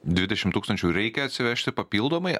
dvidešim tūkstančių reikia atsivežti papildomai